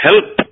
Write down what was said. help